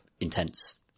intense